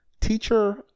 teacher